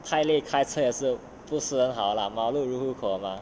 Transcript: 太累开车也是不是很好 lah 马路如虎口嘛